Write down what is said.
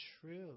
true